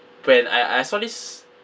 when I I saw this